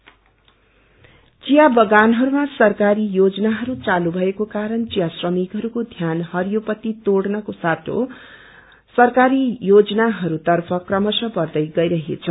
T गाउन थिया बगानहरूमा सरकारी योजनाहरू चालू भएको कारण थिया श्रमिकहरूको ध्यान हरियो पत्ती तोड़नको सादै सरकारी योजनाहरू तर्फ क्रमशः बढ़दै गइरहेछ